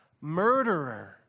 murderer